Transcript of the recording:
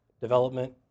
development